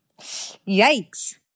Yikes